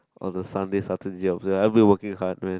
all the Sunday Saturday jobs I've been working hard man